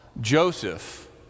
Joseph